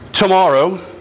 Tomorrow